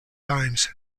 times